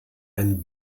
ein